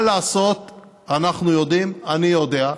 מה לעשות אנחנו יודעים, אני יודע.